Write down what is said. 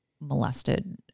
molested